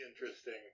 interesting